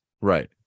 Right